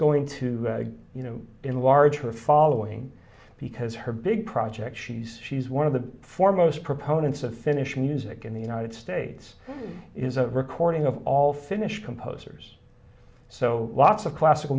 going to that's going to enlarge her following because her big project she's she's one of the foremost proponents of finnish music in the united states is a recording of all finnish composers so lots of classical